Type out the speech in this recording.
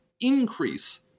increase